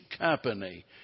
company